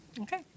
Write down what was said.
Okay